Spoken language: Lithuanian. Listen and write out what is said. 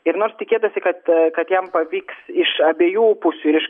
ir nors tikėtasi kad kad jam pavyks iš abiejų pusių ir iš